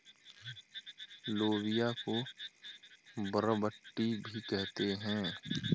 लोबिया को बरबट्टी भी कहते हैं